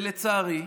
לצערי,